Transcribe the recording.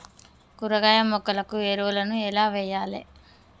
కూరగాయ మొక్కలకు ఎరువులను ఎలా వెయ్యాలే?